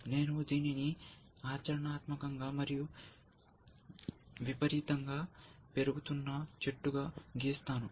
నేను దీనిని ఆచరణాత్మకంగా మరియు విపరీతంగా పెరుగుతున్న చెట్టుగా గీసాను